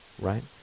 right